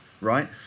right